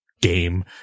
game